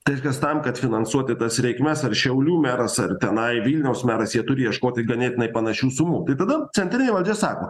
tas kas tam kad finansuoti tas reikmes ar šiaulių meras ar tenai vilniaus meras jie turi ieškoti ganėtinai panašių sumų tai tada centrinė valdžia sako